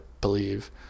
believe